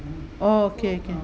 oh okay can